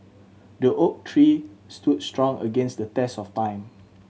the oak tree stood strong against the test of time